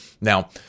Now